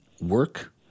work